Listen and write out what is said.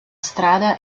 strada